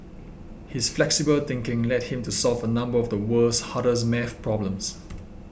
his flexible thinking led him to solve a number of the world's hardest math problems